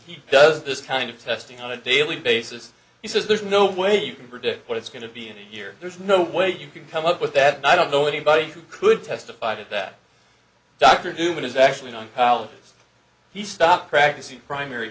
he does this kind of testing on a daily basis he says there's no way you can predict what it's going to be in a year there's no way you can come up with that i don't know anybody who could testify that that dr doom is actually on policies he stopped practicing primary